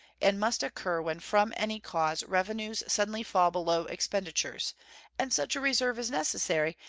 and must occur when from any cause revenues suddenly fall below expenditures and such a reserve is necessary,